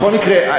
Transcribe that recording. בכל מקרה,